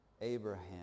abraham